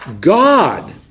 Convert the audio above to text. God